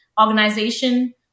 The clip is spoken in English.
organization